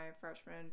freshman